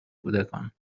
کودکان